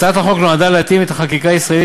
הצעת החוק נועדה להתאים את החקיקה הישראלית